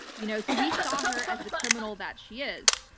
you know so we saw her as the criminal that she is,